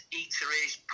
eateries